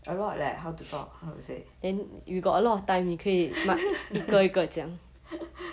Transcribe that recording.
a lot leh how to talk how to say